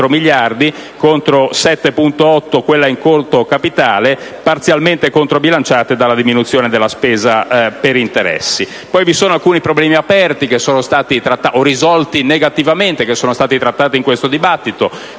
sono poi alcuni problemi aperti o risolti negativamente che sono stati trattati in questo dibattito,